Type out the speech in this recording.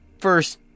first